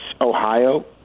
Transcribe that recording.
Ohio